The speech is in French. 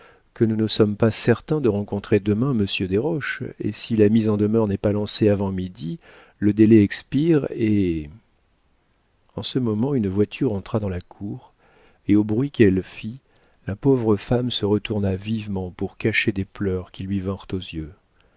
que nous ne sommes pas certains de rencontrer demain monsieur desroches et si la mise en demeure n'est pas lancée avant midi le délai expire et en ce moment une voiture entra dans la cour et au bruit qu'elle fit la pauvre femme se retourna vivement pour cacher des pleurs qui lui vinrent aux yeux